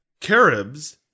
caribs